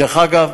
דרך אגב,